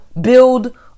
build